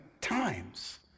times